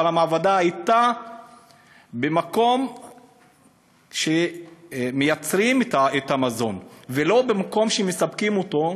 המעבדה הייתה במקום שבו מייצרים את המזון ולא במקום שמספקים אותו.